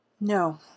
No